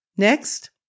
Next